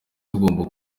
tugomba